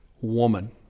woman